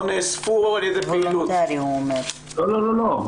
לא, לא.